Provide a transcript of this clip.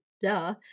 Duh